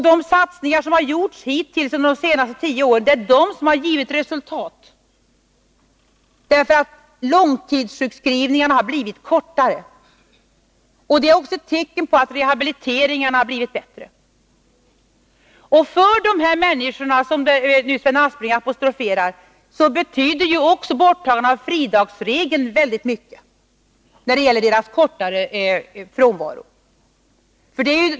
De satsningar som har gjorts under de senaste tio åren har givit resultat på det sättet att långtidssjukskrivningarna har blivit kortare. Det är också ett tecken på att rehabiliteringen har blivit bättre. För de människor som Sven Aspling apostroferade betyder borttagandet av fridagsregeln väldigt mycket när det gäller deras kortare frånvaro.